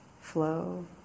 flow